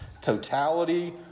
totality